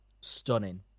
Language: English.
stunning